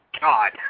God